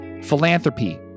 philanthropy